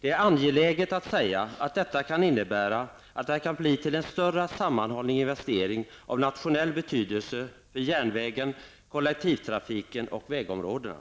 Det är angeläget att säga att detta kan innebära att det kan bli en större sammanhållen investering av nationell betydelse för järnvägen, kollektivtrafiken och vägområdena.